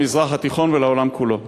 למזרח התיכון ולעולם כולו.